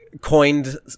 coined